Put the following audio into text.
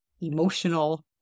emotional